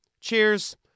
cheers